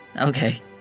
Okay